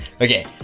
okay